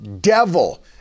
devil